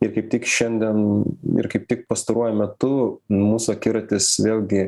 ir kaip tik šiandien ir kaip tik pastaruoju metu mūsų akiratis vėlgi